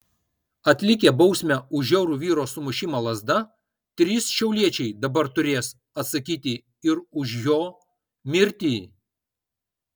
atlikę bausmę už žiaurų vyro sumušimą lazda trys šiauliečiai dabar turės atsakyti ir už jo mirtį